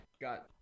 got